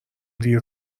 دیر